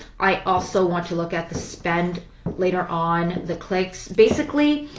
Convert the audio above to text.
i also want to look at the spend later on, the clicks. basically,